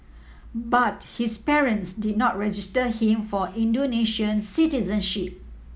but his parents did not register him for Indonesian citizenship